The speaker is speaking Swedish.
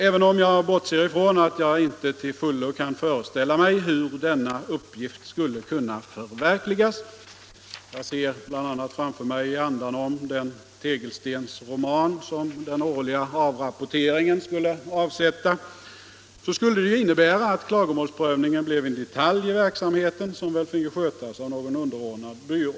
Även om jag bortser ifrån att jag inte till fullo kan föreställa mig hur denna uppgift skulle kunna förverkligas — jag ser bl.a. framför mig i andanom den tegelstensroman som den årliga avrapporteringen skulle avsätta — så skulle det ju innebära att klagomålsprövningen blev en detalj i verksamheten som väl finge skötas av någon underordnad byrå.